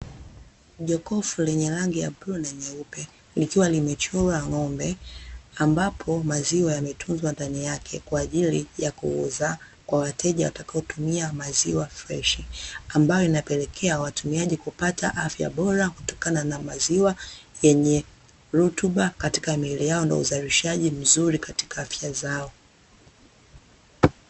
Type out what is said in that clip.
Jokofu lenye rangi ya bluu na nyeupe, likiwa limechorwa ng'ombe, ambapo maziwa yametunzwa ndani yake kwa ajili ya kuuza kwa wateja watakaotumia maziwa freshi ambayo yanapelekea watumiaji kupata afya bora kutokana na maziwa yenye rutuba katika miili yao, na uzalishaji mzuri katika katika afya zao.